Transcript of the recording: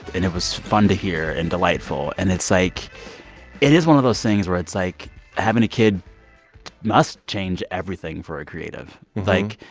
and it was fun to hear and delightful. and it's like it is one of those things where it's like having a kid must change everything for a creative. like,